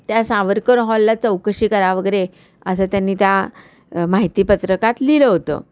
त्या सावरकर हॉलला चौकशी करा वगैरे असं त्यांनी त्या माहिती पत्रकात लिहिलं होतं